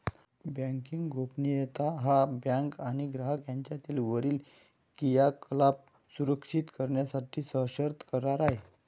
banking गोपनीयता हा bank आणि ग्राहक यांच्यातील वरील क्रियाकलाप सुरक्षित करण्यासाठी सशर्त करार आहे